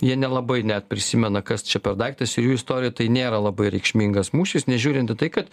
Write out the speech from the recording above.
jie nelabai net prisimena kas čia per daiktas ir jų istorijo tai nėra labai reikšmingas mūšis nežiūrint į tai kad